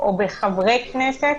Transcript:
או בחברי כנסת